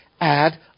add